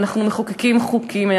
בוועדה אנחנו מחוקקים חוקים.